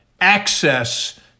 access